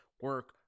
Work